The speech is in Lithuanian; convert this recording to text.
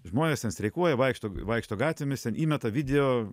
žmonės ten streikuoja vaikšto vaikšto gatvėmis ten įmeta video